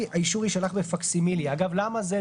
האישור יישלח בפקסימיליה," למה זה?